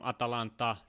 Atalanta